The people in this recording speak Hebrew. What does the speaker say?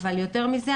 אבל יותר מזה,